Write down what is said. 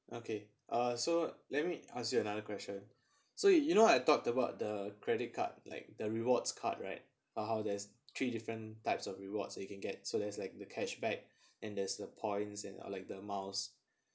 okay uh so let me ask you another question so you know I talked about the credit card like the rewards card right or how there's three different types of rewards you can get so there's like the cashback and there's the points and or like the miles